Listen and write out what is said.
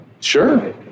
sure